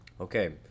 Okay